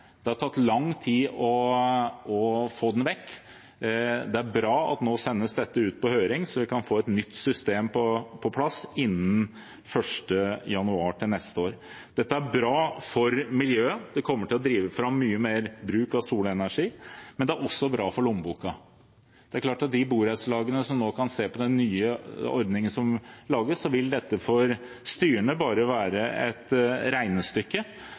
Det har tatt lang tid å få den vekk. Det er bra at dette nå sendes ut på høring, slik at vi kan få et nytt system på plass innen 1. januar neste år. Dette er bra for miljøet. Det kommer til å drive fram mye mer bruk av solenergi, men det er også bra for lommeboken. Det er klart at for de borettslagene som nå kan se på den nye ordningen som lages, vil det for styrene bare være et regnestykke